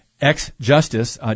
ex-justice